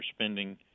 spending